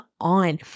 on